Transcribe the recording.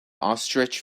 ostrich